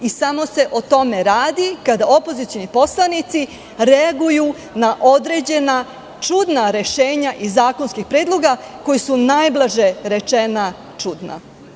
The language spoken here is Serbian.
Samo se o tome radi, kada opozicioni poslanici reaguju na određena čudna rešenja iz zakonskih predloga, koji su najblaže rečeno čudna.